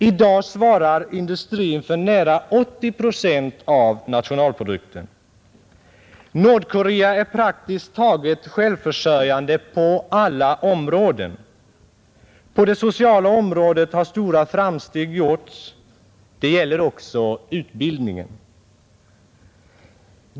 I dag svarar industrin för nära 80 procent av nationalprodukten. Nordkorea är praktiskt taget självförsörjande i alla avseenden. På det sociala området har stora framsteg gjorts. Det gäller också utbildningen.